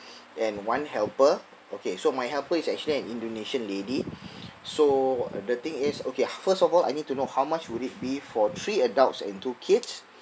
and one helper okay so my helper is actually an indonesian lady so the thing is okay first of all I need to know how much would it be for three adults and two kids